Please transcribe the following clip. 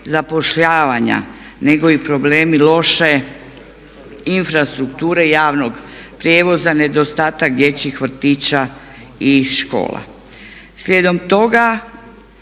zapošljavanja nego i problemi loše infrastrukture javnog prijevoza, nedostatak dječjih vrtića i škola.